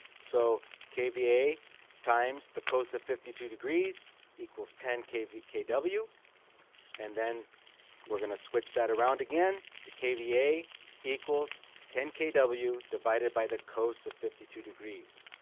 so kva times the cos of fifty two degrees equals ten kw and then we're gonna switch that around again the kva equals ten kw divided by the cos of fifty two degrees